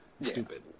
Stupid